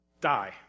die